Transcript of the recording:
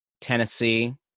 Tennessee